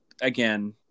again